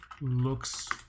looks